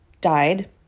died